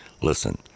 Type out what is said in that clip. Listen